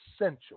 essential